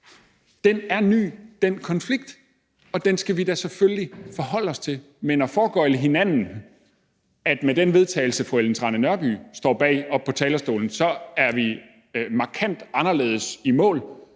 rammer. Den konflikt er ny, og den skal vi da selvfølgelig forholde os til. Men at foregøgle hinanden, at vi med den vedtagelse, fru Ellen Trane Nørby står bag oppe på talerstolen, så er markant anderledes i mål